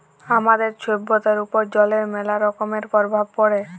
আমাদের ছভ্যতার উপর জলের ম্যালা রকমের পরভাব পড়ে